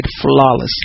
flawlessly